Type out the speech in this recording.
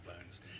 bones